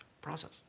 process